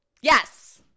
yes